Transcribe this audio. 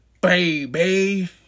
baby